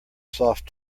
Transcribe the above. soft